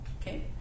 Okay